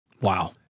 Wow